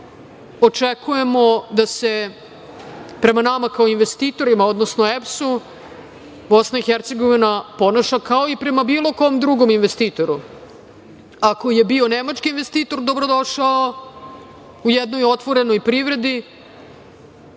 očekujemo da se prema nama kao investitorima, odnosno EPS-u, Bosna i Hercegovina ponaša kao i prema bilo kom drugom investitoru. Ako je bio nemački investitor dobrodošao u jednoj otvorenoj privredi